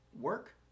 work